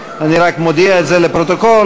אני רק מודיע את זה לפרוטוקול.